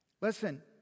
Listen